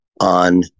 on